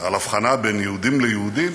על הבחנה בין יהודים ליהודים,